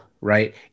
right